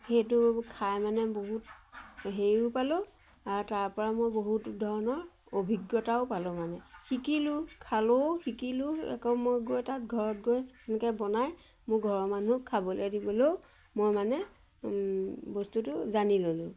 সেইটো খাই মানে বহুত হেৰিও পালোঁ আৰু তাৰপৰা মই বহুত ধৰণৰ অভিজ্ঞতাও পালোঁ মানে শিকিলোঁ খালোঁও শিকিলোঁ আকৌ মই গৈ তাত ঘৰত গৈ সেনেকৈ বনাই মোৰ ঘৰৰ মানুহক খাবলৈ দিবলৈও মই মানে বস্তুটো জানি ল'লোঁ